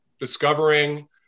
Discovering